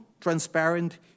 transparent